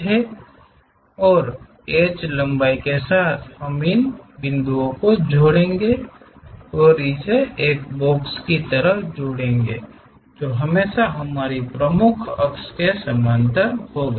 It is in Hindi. इसलिए H लंबाई के साथ हम इन बिंदुओं को जोड़ेंगे और इसे एक बॉक्स की तरह जोड़ेंगे जो हमेशा हमारी प्रमुख अक्ष के समानांतर होगा